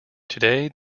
today